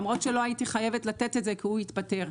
למרות שלא הייתי חייבת לתת את זה כי הוא התפטר.